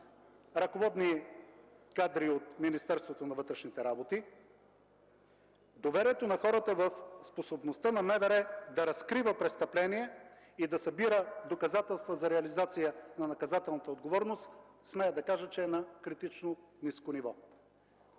ръководни кадри от Министерството на вътрешните работи. Доверието на хората в способността на МВР да разкрива престъпления и да събира доказателства за реализация на наказателната отговорност смея да кажа, че е на критично ниско ниво.